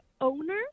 owner